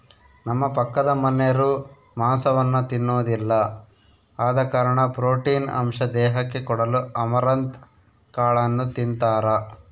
ನಮ್ಮ ಪಕ್ಕದಮನೆರು ಮಾಂಸವನ್ನ ತಿನ್ನೊದಿಲ್ಲ ಆದ ಕಾರಣ ಪ್ರೋಟೀನ್ ಅಂಶ ದೇಹಕ್ಕೆ ಕೊಡಲು ಅಮರಂತ್ ಕಾಳನ್ನು ತಿಂತಾರ